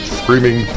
screaming